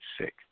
sick